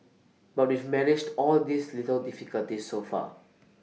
but we've managed all these little difficulties so far